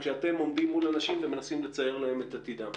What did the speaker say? כשאתם עומדים מול אנשים ומנסים לצייר להם את עתידם.